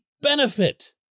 benefit